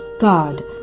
God